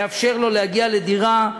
לאפשר לו להגיע לדירה,